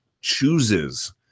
chooses